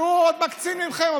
שהוא עוד מקצין אתכם.